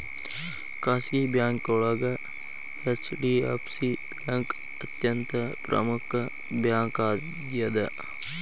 ಖಾಸಗಿ ಬ್ಯಾಂಕೋಳಗ HDFC bank ಅತ್ಯಂತ ಪ್ರಮುಖ್ ಬ್ಯಾಂಕಾಗ್ಯದ